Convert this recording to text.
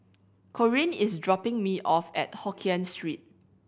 Corene is dropping me off at Hokien Street